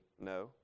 no